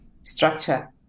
structure